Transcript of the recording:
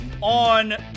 on